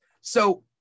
so-